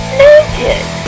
naked